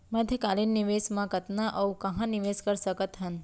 मध्यकालीन निवेश म कतना अऊ कहाँ निवेश कर सकत हन?